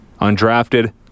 Undrafted